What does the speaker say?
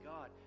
God